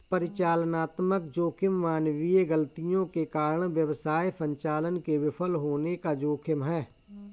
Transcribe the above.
परिचालनात्मक जोखिम मानवीय गलतियों के कारण व्यवसाय संचालन के विफल होने का जोखिम है